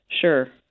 Sure